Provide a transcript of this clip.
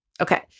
Okay